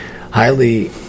highly